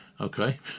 Okay